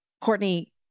Courtney